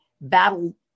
battle